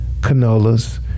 canolas